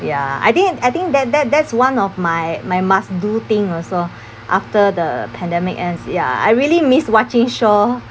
ya I think and I think that that that's one of my my must do thing also after the pandemic ends ya I really miss watching show